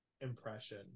impression